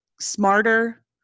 smarter